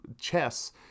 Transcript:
chess